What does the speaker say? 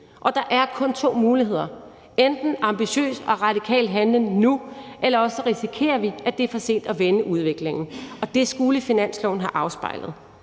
Der er kun to muligheder: Det er enten ambitiøs og radikal handling nu, eller også at vi risikerer, at det er for sent at vende udviklingen. Det skulle finansloven have afspejlet.